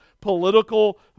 political